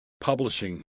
publishing